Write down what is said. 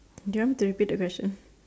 do you want me to repeat the question